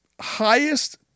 highest